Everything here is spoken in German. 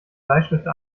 bleistifte